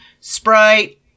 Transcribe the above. Sprite